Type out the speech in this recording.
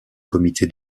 comité